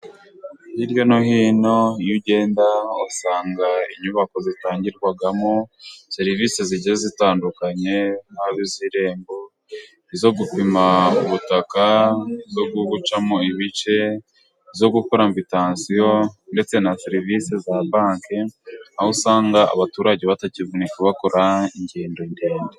Hirya no hino iyo ugenda usanga inyubako zitangirwamo serivisi zigenda zitandukanye, nkiz'irembo, izo gupima ubutaka, izo gucamo ibice, izo gukora mitasiyo, ndetse na serivisi za banki. Aho usanga abaturage batakivunika bakora ingendo ndende.